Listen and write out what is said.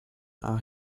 are